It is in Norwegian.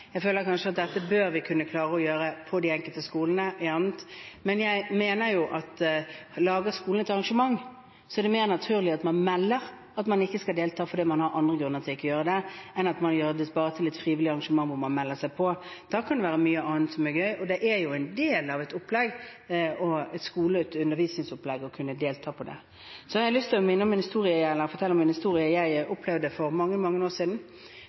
Jeg føler at dette bør man kunne klare å gjøre på de enkelte skolene. Men jeg mener at lager skolene et arrangement, er det mer naturlig at man melder at man ikke skal delta fordi man har grunner for ikke å gjøre det, enn at man gjør det til et frivillig arrangement hvor man melder seg på. Da kan det være mye annet som er gøy. Og det er en del av en skoles undervisningsopplegg å kunne delta på det. Så har jeg lyst til å fortelle om en historie jeg opplevde for mange, mange år siden. Det var i den tidlige fasen med de vietnamesiske flyktningene, og